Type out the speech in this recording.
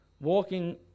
Walking